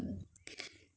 mm